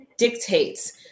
dictates